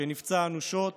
שנפצע אנושות